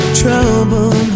trouble